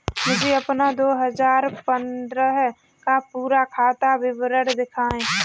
मुझे अपना दो हजार पन्द्रह का पूरा खाता विवरण दिखाएँ?